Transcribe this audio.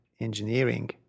engineering